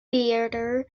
theater